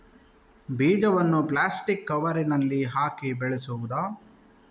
ಬೀಜವನ್ನು ಪ್ಲಾಸ್ಟಿಕ್ ಕವರಿನಲ್ಲಿ ಹಾಕಿ ಬೆಳೆಸುವುದಾ?